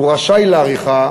והוא רשאי להאריכה